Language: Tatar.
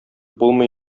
булмый